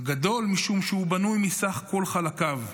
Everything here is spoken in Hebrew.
הגדול, משום שהוא בנוי מסך כל חלקיו.